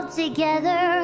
together